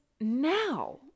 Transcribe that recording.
now